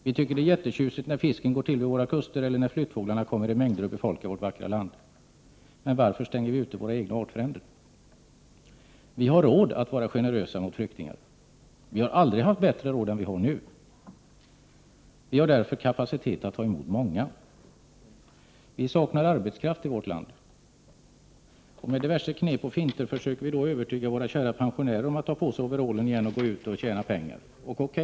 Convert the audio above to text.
Vi tycker det är jättetjusigt när fisken går till vid våra kuster, eller när flyttfåglarna kommer i mängder och befolkar vårt vackra land. — Men varför stänger vi ute våra egna artfränder? Vi har råd att vara generösa mot flyktingar! Vi har aldrig haft bättre råd än nu! Vi har därför kapacitet att ta emot många! Vi saknar arbetskraft i vårt land! Och med diverse knep och finter försöker vi då övertyga våra kära pensionärer om att ta på sig overallen igen och gå ut och tjäna pengar.